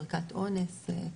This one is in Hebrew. בדיקת אונס.